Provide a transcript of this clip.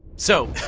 so.